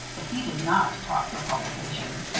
that he did not talk for publication.